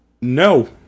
No